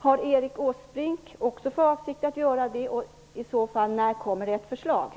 Har Erik Åsbrink också för avsikt att komma med ett sådant förslag? När kommer det i så fall?